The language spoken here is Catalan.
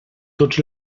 tots